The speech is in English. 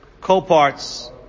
co-parts